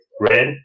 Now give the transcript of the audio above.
Red